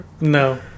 No